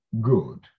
good